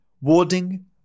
Warding